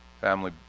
Family